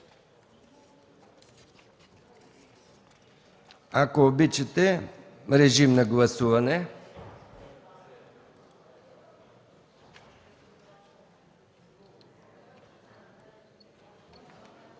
Ако обичате, режим на гласуване.